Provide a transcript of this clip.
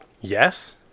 Yes